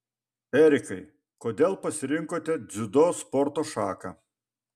erikai kodėl pasirinkote dziudo sporto šaką